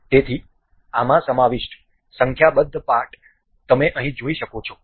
તેથી આમાં સમાવિષ્ટ સંખ્યાબંધ પાર્ટ તમે અહીં જોઈ શકો છો